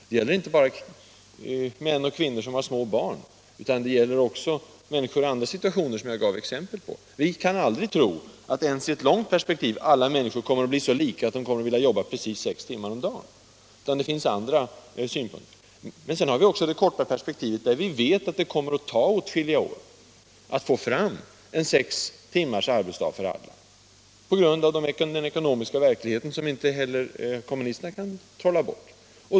Det gäller inte bara män och kvinnor som har små barn utan också människor i andra situationer, som jag gav exempel på. Vi kan aldrig tro att ens i ett långt perspektiv alla människor kommer att bli så lika att de kommer att vilja jobba precis sex timmar per dag. I det korta perspektivet vet vi' att det på grund av den ekonomiska verkligheten, som inte heller kommunisterna kan trolla bort, kommer att ta åtskilliga år att få fram en sextimmars arbetsdag för alla.